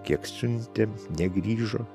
kiek siuntėm negrįžo